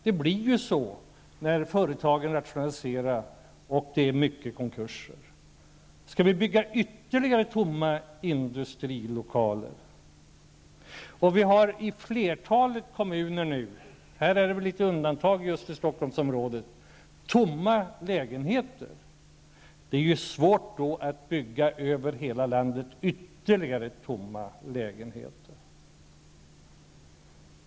Det blir ju så när företagen rationaliserar och när det förekommer många konkurser. Skall vi bygga ännu fler tomma industrilokaler? Vi har nu tomma lägenheter i flertalet kommuner -- i det avseendet är just Stockholmsregionen ett litet undantag --, och det är då svårt att bygga ännu fler tomma lägenheter över hela landet.